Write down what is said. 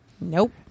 Nope